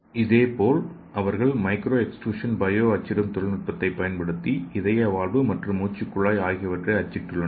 இதேபோல் அவர்கள் micro extrusion bio அச்சிடும் நுட்பத்தைப் பயன்படுத்தி இதய வால்வு மற்றும் மூச்சுக்குழாய் ஆகியவற்றை அச்சிட்டுள்ளனர்